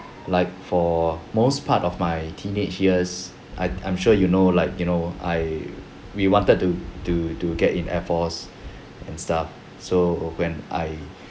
like for most part of my teenage years I I'm sure you know like you know I we wanted to to to get in air force and stuff so when I